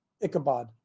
Ichabod